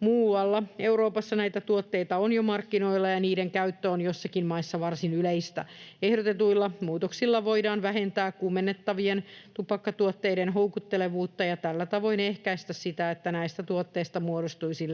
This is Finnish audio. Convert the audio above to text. Muualla Euroopassa näitä tuotteita on jo markkinoilla, ja niiden käyttö on joissakin maissa varsin yleistä. Ehdotetuilla muutoksilla voidaan vähentää kuumennettavien tupakkatuotteiden houkuttelevuutta ja tällä tavoin ehkäistä sitä, että näistä tuotteista muodostuisi